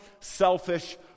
selfish